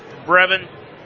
Brevin